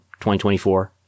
2024